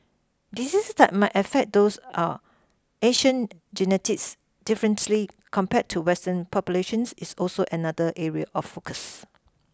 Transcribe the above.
diseases that might affect those are Asian genetics differently compared to Western populations is also another area of focus